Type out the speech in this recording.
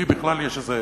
לי בכלל יש איזו